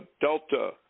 Delta